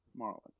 Marlins